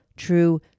true